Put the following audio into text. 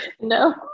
No